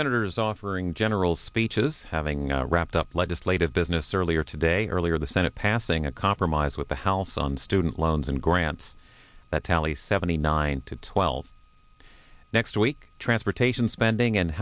senators offering general speeches having wrapped up legislative business earlier today or earlier the senate passing a compromise with the house on student loans and grants that tally seventy nine to twelve next week transportation spending and